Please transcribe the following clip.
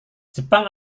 jepang